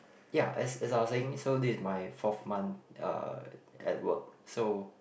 ya as as I was saying so this is my fourth month uh at work so